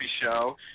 Show